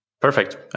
perfect